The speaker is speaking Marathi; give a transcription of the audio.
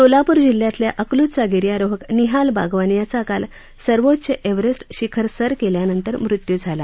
सोलापूर जिल्ह्यातल्या अकलूजचा गिर्यारोहक निहाल बागवान याचा काल सर्वोच्च एव्हरेस्ट शिखर सर केल्यानंतर मृत्यू झाला